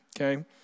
Okay